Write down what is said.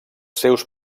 seus